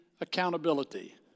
accountability